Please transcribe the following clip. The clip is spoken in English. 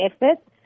effort